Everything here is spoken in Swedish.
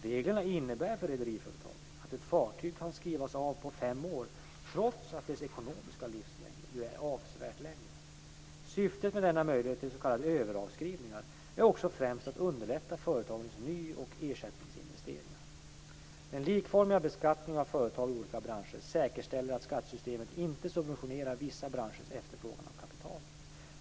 Reglerna innebär för rederiföretagen att ett fartyg kan skrivas av på fem år, trots att dess ekonomiska livslängd är avsevärt större. Syftet med denna möjlighet till s.k. överavskrivningar är också främst att underlätta företagens ny och ersättningsinvesteringar. Den likformiga beskattningen av företag i olika branscher säkerställer att skattesystemet inte subventionerar vissa branschers efterfrågan av kapital.